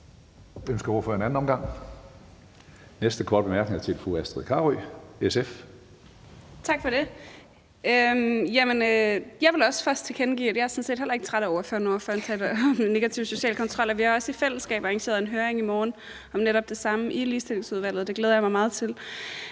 Jeg vil også først tilkendegive, at jeg sådan set heller ikke er træt af ordføreren, når ordføreren taler om negativ social kontrol. Vi har også i fællesskab arrangeret en høring i morgen om netop det samme i Ligestillingsudvalget, og den glæder jeg mig meget til.